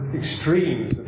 extremes